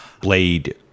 Blade